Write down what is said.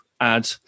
add